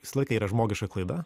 visą laiką yra žmogiška klaida